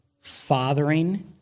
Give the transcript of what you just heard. fathering